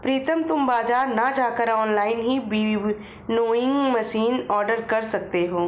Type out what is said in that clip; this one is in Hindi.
प्रितम तुम बाजार ना जाकर ऑनलाइन ही विनोइंग मशीन ऑर्डर कर सकते हो